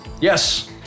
Yes